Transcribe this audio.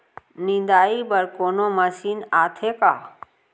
निंदाई बर कोनो मशीन आथे का?